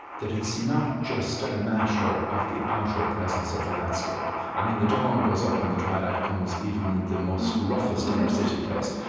that it's not just a matter of the outer presence of the landscape. i mean the dawn goes up, and the twilight comes, even in the most roughest inner-city place.